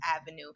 avenue